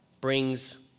brings